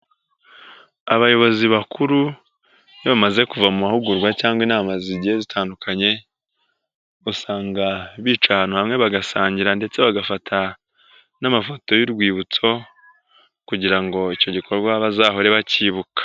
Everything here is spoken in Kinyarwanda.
Aayobozi bakuru iyo bamaze kuva mu mahugurwa cyangwa inama zigiye zitandukanye, usanga bica ahantu hamwe bagasangira ndetse bagafata n'amafoto y'urwibutso kugira ngo icyo gikorwa bazahore bacyibuka.